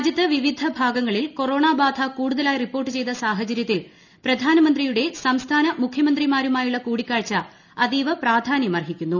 താജ്യത്ത് വിവിധ ഭാഗങ്ങളിൽ കോറോണ ബാധ കൂടുതലായി റിപ്പോർട്ട് ചെയ്ത സാഹചര്യത്തിൽ പ്രധാനമന്ത്രിയുടെ സംസ്ഥാന മുഖ്യമന്ത്രിമാരുമായുള്ള കൂടിക്കാഴ്ച അതീവ പ്രാധാന്യമർഹിക്കുന്നു